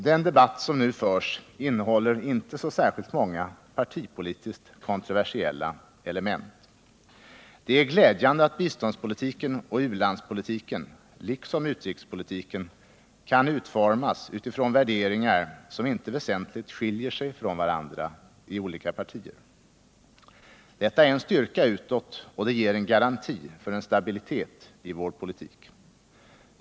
Den debatt som nu förs innehåller inte så särskilt många partipolitiskt kontroversiella element. Det är glädjande att biståndspolitiken och u-landspolitiken — liksom utrikespolitiken — kan utformas utifrån värderingar som inte väsentligt skiljer sig från varandra i olika partier. Detta är en styrka utåt och det ger en garanti för stabilitet i vår politik.